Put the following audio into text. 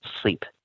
sleep